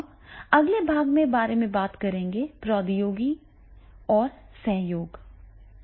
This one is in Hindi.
अब अगले भाग के बारे में बात करेंगे प्रौद्योगिकी और सहयोग